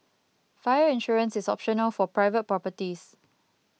fire insurance is optional for private properties